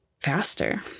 faster